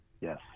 Yes